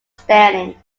standing